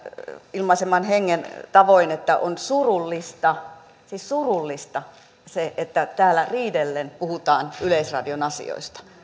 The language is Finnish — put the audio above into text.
ilmaiseman hengen tavoin että on surullista siis surullista se että täällä riidellen puhutaan yleisradion asioista